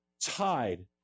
tied